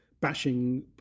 bashing